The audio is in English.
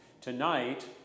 Tonight